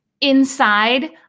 inside